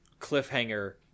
cliffhanger